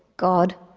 god,